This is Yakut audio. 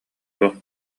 туох